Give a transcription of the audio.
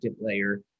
layer